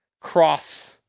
cross-